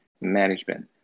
management